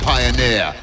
Pioneer